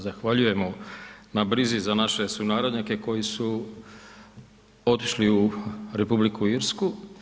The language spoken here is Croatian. Zahvaljujemo na brizi za naše sunarodnjake koji su otišli u Republiku Irsku.